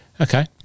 Okay